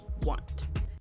want